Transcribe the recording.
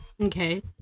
Okay